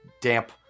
damp